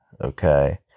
okay